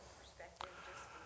perspective